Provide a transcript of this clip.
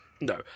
No